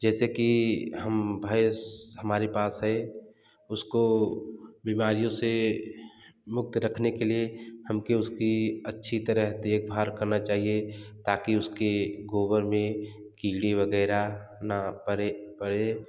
जैसे कि हम भैंस हमारे पास है उसको बीमारियों से मुक्त रखने के लिए हमके उसकी अच्छी तरह देखभाल करना चाहिए ताकि उसके गोबर में कीड़े वगैरह ना पड़े पड़े